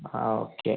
ആ ഓക്കെ